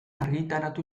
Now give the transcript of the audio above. argitaratu